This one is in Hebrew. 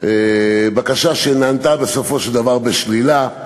בקשה שנענתה בסופו של דבר בשלילה,